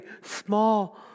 small